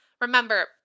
Remember